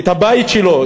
את הבית שלו,